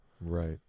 Right